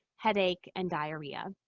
headache, and diarrhea.